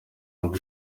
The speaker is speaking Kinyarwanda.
ngo